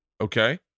okay